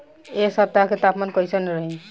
एह सप्ताह के तापमान कईसन रही?